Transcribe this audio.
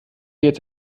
jetzt